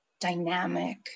Dynamic